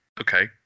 Okay